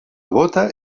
bóta